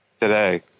Today